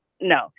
no